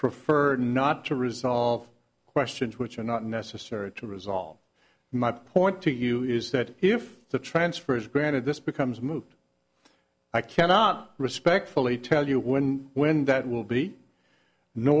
prefer not to resolve questions which are not necessary to resolve my point to you is that if the transfer is granted this becomes moot i cannot respectfully tell you when when that will be